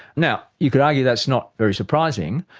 now, you could argue that's not very surprising,